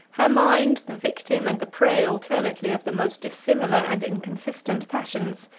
her mind, the victim and the prey alternately of the most dissimilar and inconsistent passions,